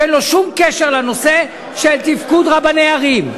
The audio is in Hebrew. שאין לו שום קשר לנושא של תפקוד רבני ערים,